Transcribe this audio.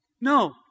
no